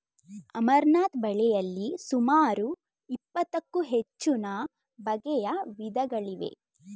amaranth ಬೆಳೆಯಲಿ ಸುಮಾರು ಇಪ್ಪತ್ತಕ್ಕೂ ಹೆಚ್ಚುನ ಬಗೆಯ ವಿಧಗಳಿವೆ